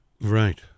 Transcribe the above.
Right